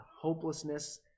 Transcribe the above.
hopelessness